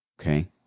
Okay